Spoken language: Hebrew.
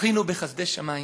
זכינו בחסדי שמים